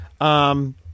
Um-